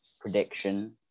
prediction